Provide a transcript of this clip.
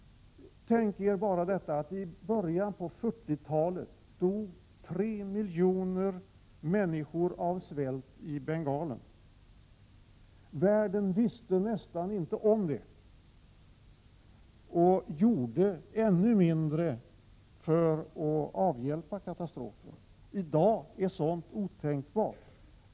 Tänk er bara att i början av 1940-talet dog 3 miljoner människor av svält i Bengalen. Världen visste nästan inte om det, och man gjorde ännu mindre för att avhjälpa katastrofen. I dag är någonting sådant otänkbart.